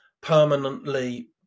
permanently